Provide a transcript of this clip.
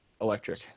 electric